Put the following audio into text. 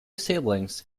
siblings